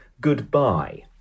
Goodbye